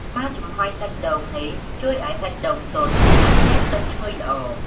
ការចំហុយសាច់ដូងនេះ ជួយឱ្យសាច់ដូងទន់ និងជះក្លិនឈ្ងុយល្អ។